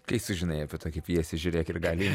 kai sužinai apie tokią pjesę žiūrėk ir gali